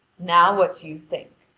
now what do you think?